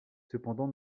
cependant